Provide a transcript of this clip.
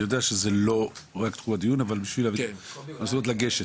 איך המשפחה יודעת אל מי לגשת?